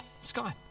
Sky